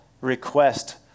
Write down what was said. request